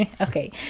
Okay